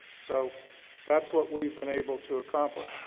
so that's what we've been able to accomplish.